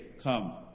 come